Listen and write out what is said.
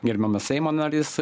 gerbiamas seimo narys